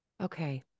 Okay